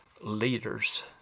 leaders